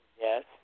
Yes